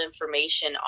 information